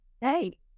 Hey